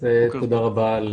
אז תודה רבה על